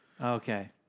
Okay